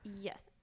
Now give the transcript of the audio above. Yes